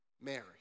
Mary